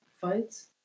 fights